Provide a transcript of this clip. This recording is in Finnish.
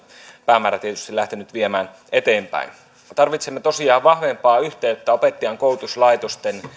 päämäärätietoisesti lähtenyt viemään eteenpäin me tarvitsemme tosiaan vahvempaa yhteyttä opettajankoulutuslaitosten